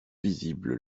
visible